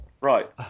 Right